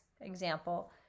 example